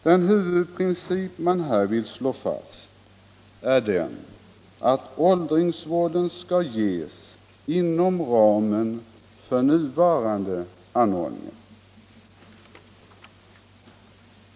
Den huvudprincip man här vill slå fast är den att åldringsvården skall ges inom ramen för nuvarande anordningar.